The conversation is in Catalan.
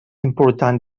important